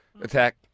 Attack